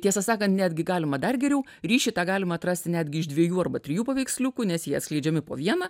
tiesą sakant netgi galima dar geriau ryšį tą galima atrasti netgi iš dviejų arba trijų paveiksliukų nes jie atskleidžiami po vieną